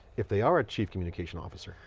if they are a chief communication officer?